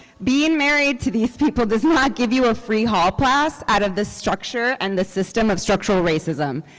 being married to these people does not give you a free hall pass out of the structure and the system of structural racism.